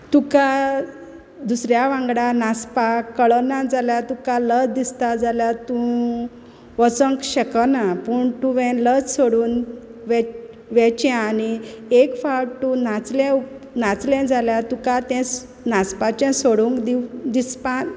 तुका दुसऱ्या वांगडा नाचपाक कळना जाल्यार तुका लज दिसता जाल्या तूं वसोंक शकना पूण तुवेंन लज सोडून वेच वेचें आनी एक फावट तूं नाचले उप नाचलें जाल्या तुका तें स् नाचपाचें सोडूंक दिवं दिसपा